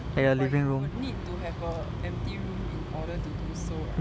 no but you would need to have a empty room in order to do so right